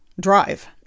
drive